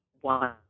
one